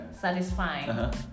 satisfying